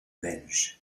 belge